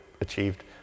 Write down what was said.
achieved